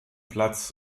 platz